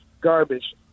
garbage